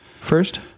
first